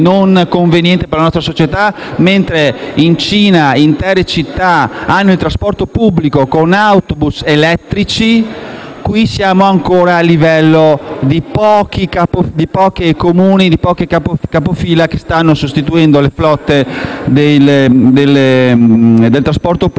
non conveniente per la nostra società. Mentre in Cina intere città hanno il trasporto pubblico con autobus elettrici, qui siamo ancora al livello di pochi Comuni capofila che stanno sostituendo le flotte del trasporto pubblico